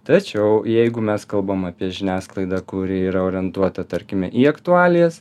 tačiau jeigu mes kalbam apie žiniasklaidą kuri yra orientuota tarkime į aktualijas